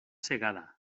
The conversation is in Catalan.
segada